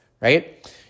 right